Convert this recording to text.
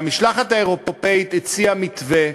והמשלחת האירופית הציעה מתווה,